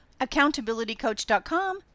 accountabilitycoach.com